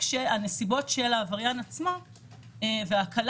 כאשר הנסיבות של העבריין עצמו והקלה